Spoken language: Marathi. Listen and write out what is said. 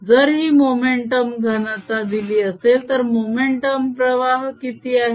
जर ही मोमेंटम घनता दिली असेल तर मोमेंटम प्रवाह किती आहे